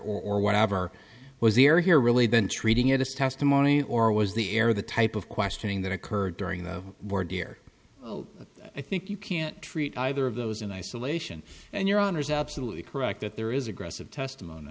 or whatever was here here really been treating it as testimony or was the air the type of questioning that occurred during the war dear i think you can't treat either of those in isolation and your honour's absolutely correct that there is aggressive testimony